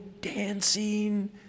dancing